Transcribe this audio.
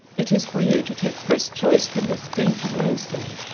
it is for you to take first choice from this dainty nosegay,